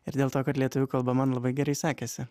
ir dėl to kad lietuvių kalba man labai gerai sekėsi